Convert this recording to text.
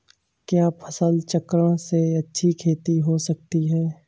क्या फसल चक्रण से अच्छी खेती हो सकती है?